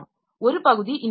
ஒரு பகுதி இன்டர்ஃபேஸ்